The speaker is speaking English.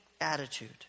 attitude